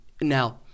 Now